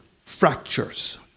fractures